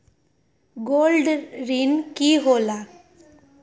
Gold ऋण की होला?